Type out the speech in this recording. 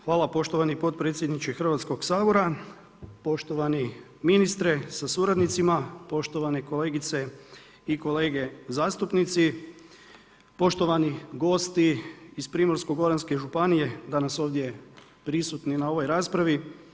Hvala poštovani potpredsjedniče Hrvatskog sabora, poštovani ministre sa suradnicima, poštovane kolegice i kolege zastupnici, poštovani gosti iz Primorsko-goranske županije danas ovdje prisutni na ovoj raspravi.